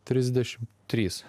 trisdešim trys